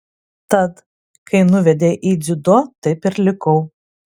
tad kai nuvedė į dziudo taip ir likau